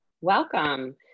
Welcome